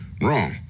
Wrong